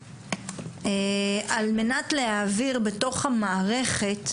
על מנת להעביר בתוך המערכת,